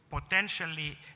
potentially